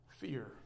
fear